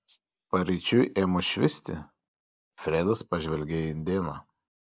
paryčiui ėmus švisti fredas pažvelgė į indėną